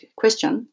question